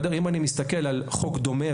אם אני מסתכל על חוק דומה,